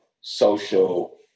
social